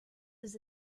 his